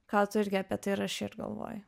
ką tu irgi apie tai rašei ir galvojai